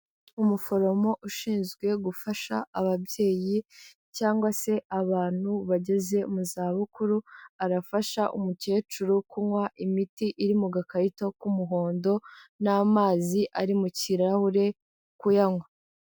Umuforomo ushinzwe gufasha ababyeyi cyangwa se abantu bageze mu za bukuru, arafasha umukecuru kunywa imiti iri mu gakarito k'umuhondo n'amazi ari mu kirahure kuyanywa.